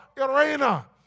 arena